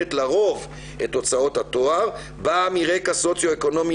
שמממנת לרוב את הוצאות התואר באה מרקע סוציואקונומי